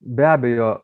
be abejo